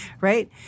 right